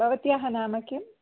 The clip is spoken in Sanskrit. भवत्याः नाम किं